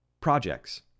projects